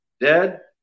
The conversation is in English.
dead